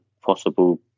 possible